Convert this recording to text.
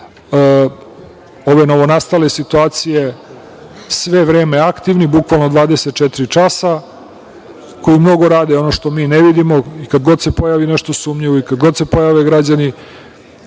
ove novonastale situacije sve vreme aktivni, bukvalno 24 časa, koji mnogo ono što mi ne vidimo i kada se god pojavi nešto sumnjivo, i kada se god pojave građani